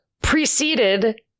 preceded